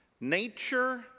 Nature